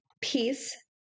Peace